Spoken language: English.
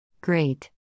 Great